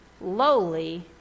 lowly